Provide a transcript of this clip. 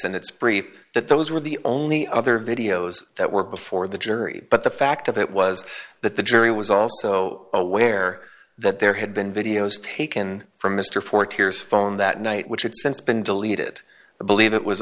brief that those were the only other videos that were before the jury but the fact of it was that the jury was also aware that there had been videos taken from mr for tears phone that night which had since been deleted believe it was